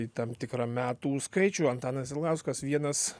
į tam tikrą metų skaičių antanas ilgauskas vienas